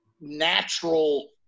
natural